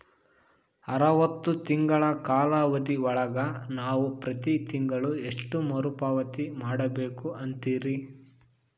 ಅರವತ್ತು ತಿಂಗಳ ಕಾಲಾವಧಿ ಒಳಗ ನಾವು ಪ್ರತಿ ತಿಂಗಳು ಎಷ್ಟು ಮರುಪಾವತಿ ಮಾಡಬೇಕು ಅಂತೇರಿ?